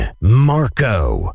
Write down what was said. Marco